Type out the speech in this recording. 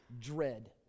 dread